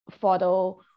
photo